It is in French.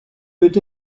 peut